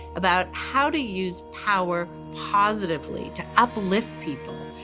about how to use power positively to uplift people,